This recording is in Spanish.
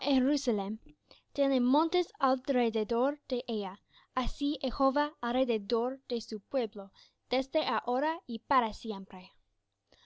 tiene montes alrededor de ella así jehová alrededor de su pueblo desde ahora y para siempre